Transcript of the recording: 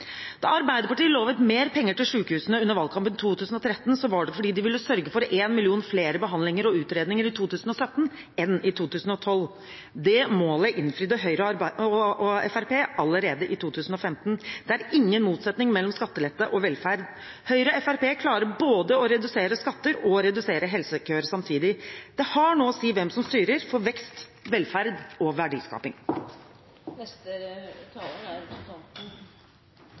Da Arbeiderpartiet lovet mer penger til sykehusene under valgkampen i 2013, var det fordi de ville sørge for en million flere behandlinger og utredninger i 2017 enn i 2012. Det målet innfridde Høyre og Fremskrittspartiet allerede i 2015. Det er ingen motsetning mellom skattelette og velferd. Høyre og Fremskrittspartiet klarer både å redusere skatter og å redusere helsekøer samtidig. Det har noe å si hvem som styrer – for vekst, velferd og verdiskaping.